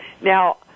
Now